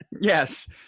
Yes